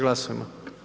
Glasujmo.